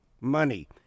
money